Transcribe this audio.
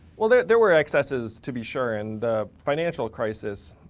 well, there there were excesses, to be sure, in the financial crisis.